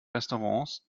restaurants